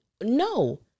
No